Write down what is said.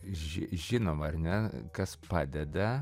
ži žinoma ar ne kas padeda